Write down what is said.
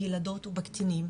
בילדות ובקטינים,